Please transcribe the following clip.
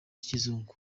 kizungu